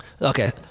Okay